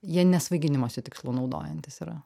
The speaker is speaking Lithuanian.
jie ne svaiginimosi tikslu naudojantys yra